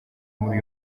muri